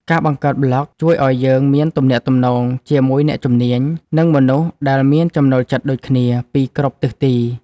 ការបង្កើតប្លក់ជួយឱ្យយើងមានទំនាក់ទំនងជាមួយអ្នកជំនាញ និងមនុស្សដែលមានចំណូលចិត្តដូចគ្នាពីគ្រប់ទិសទី។